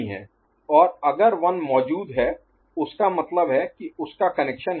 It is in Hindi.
y C1x1 C2x2 C3x3 C4x4 C5x5 C6x6 C7x7 C8x8 और अगर 1 मौजूद है उसका मतलब है कि उसका कनेक्शन है